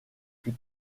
plus